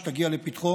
והיא